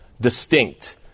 distinct